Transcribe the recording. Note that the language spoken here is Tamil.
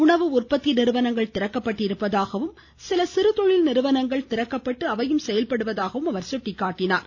உணவு உற்பத்தி நிற்ஙவனங்கள் திறக்கப்பட்டிருப்பதாகவும் சில சிறு தொழில் நிறுவனங்கள் திறக்கப்பட்டு அவையும் செயல்படுவதாக அவர் சுட்டிக்காட்டினார்